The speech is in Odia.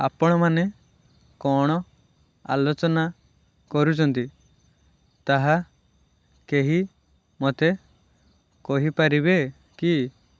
ଆପଣମାନେ କ'ଣ ଆଲୋଚନା କରୁଛନ୍ତି ତାହା କେହି ମୋତେ କହିପାରିବେ କି